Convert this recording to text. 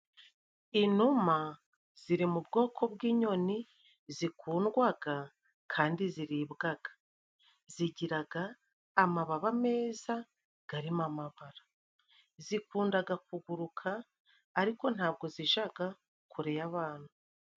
Inuma ziri mu bwoko bw'inyoni zikundwaga kandi ziribwaga. Zigiraga amababa meza garimo amabara. Zikundaga kuguruka ariko ntabwo zijaga kure y'abana.